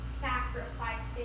sacrificing